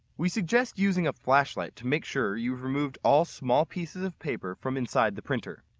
we suggest using a flashlight to make sure you've removed all small pieces of paper from inside the printer.